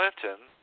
Clinton